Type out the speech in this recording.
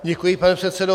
Děkuji, pane předsedo.